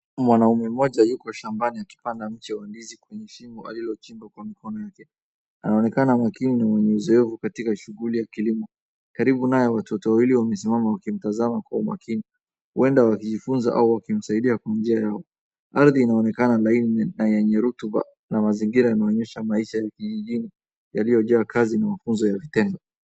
Mwanaume mmoja yuko shambani akipanda mche wa ndizi kweshimo alilochimba kwa mikono yake. Anaonekana makini na mwenye mazoevu katika shughuli ya kilimo. Karibu naye watoto wawili wamesimama wakimtazama kwa umakini, huenda wakijifunza au wakimsaidia kwa njia yao. Ardhi inaonekana laini na yenye rutuba na mazingira yanaonyesha maisha ya kijijini yaliyojaa kazi na ufunzo ya vitendo.